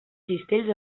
cistells